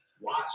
watch